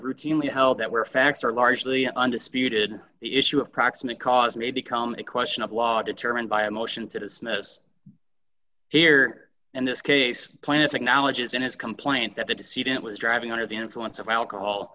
routinely held that were facts are largely undisputed the issue of proximate cause may become a question of law determined by a motion to dismiss here in this case plan if acknowledges in his complaint that the deceit it was driving under the influence of alcohol